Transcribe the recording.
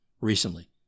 recently